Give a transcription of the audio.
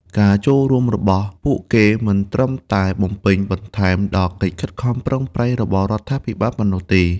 ការចូលរួមរបស់ពួកគេមិនត្រឹមតែបំពេញបន្ថែមដល់កិច្ចខិតខំប្រឹងប្រែងរបស់រដ្ឋាភិបាលប៉ុណ្ណោះទេ។